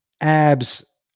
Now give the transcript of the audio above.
abs